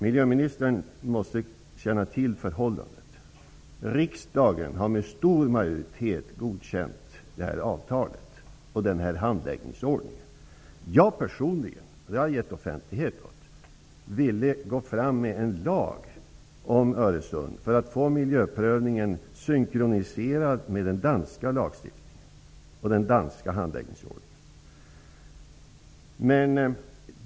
Miljöministern måste känna till förhållandet. Riksdagen har med stor majoritet godkänt det här avtalet och den här handläggningsordningen. Personligen ville jag -- och det har jag gett offentlighet åt -- gå fram med en lag om Öresund för att få miljöprövningen synkroniserad med den danska lagstiftningen och handläggningsordningen.